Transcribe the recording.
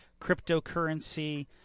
cryptocurrency